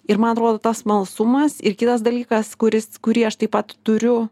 ir man atrodo tas smalsumas ir kitas dalykas kuris kurį aš taip pat turiu